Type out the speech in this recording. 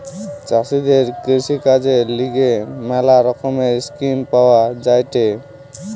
চাষীদের কৃষিকাজের লিগে ম্যালা রকমের স্কিম পাওয়া যায়েটে